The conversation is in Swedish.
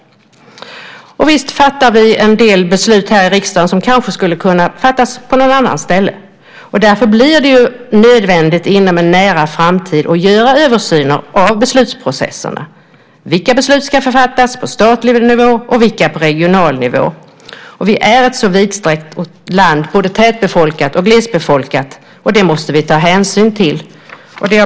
Visst fattar vi en del beslut här i riksdagen som kanske skulle kunna fattas på något annat ställe. Därför blir det nödvändigt att inom en nära framtid göra översyner av beslutsprocesserna. Vilka beslut ska fattas på statlig nivå och vilka ska fattas på regional nivå? Sverige är ett vidsträckt land och både tättbefolkat och glesbefolkat. Det måste vi ta hänsyn till.